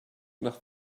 nach